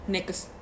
Next